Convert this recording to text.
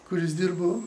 kuris dirbo